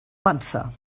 pensar